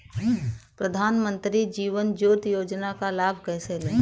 प्रधानमंत्री जीवन ज्योति योजना का लाभ कैसे लें?